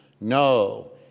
No